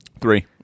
Three